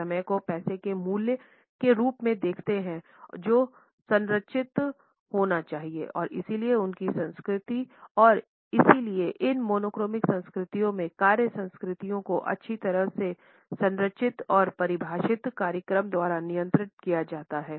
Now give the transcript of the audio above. वे समय को पैसे के मूल्य के रूप में देखते हैं जो संरचित होना चाहिए और इसलिए उनकी संस्कृति और इसलिए इन मोनोक्रोमिक संस्कृतियों में कार्य संस्कृतियां को अच्छी तरह से संरचित और परिभाषित कार्यक्रम द्वारा नियंत्रित किया जाता है